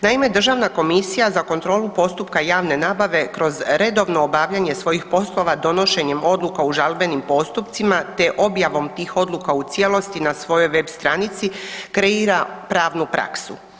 Naime, Državna komisija za kontrolu postupka javne nabave kroz redovno obavljanje svojih poslova donošenjem odluka u žalbenim postupcima te objavom u cijelosti na svojoj web stranici kreira pravnu praksu.